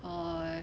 or